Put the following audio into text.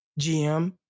GM